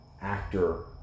actor